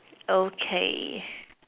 okay